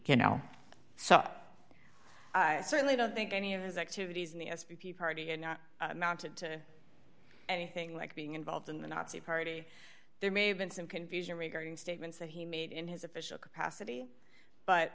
you know so i certainly don't think any of his activities in the s b p party had not amounted to anything like being involved in the nazi party there may have been some confusion regarding statements that he made in his official capacity but